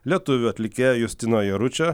lietuvių atlikėjo justino jaručio